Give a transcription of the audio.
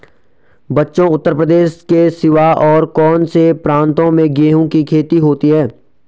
बच्चों उत्तर प्रदेश के सिवा और कौन से प्रांतों में गेहूं की खेती होती है?